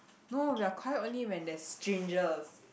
no we are quiet only when there's strangers